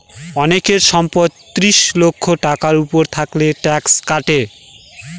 অনেক সম্পদ ত্রিশ লক্ষ টাকার উপর থাকলে ট্যাক্স কাটে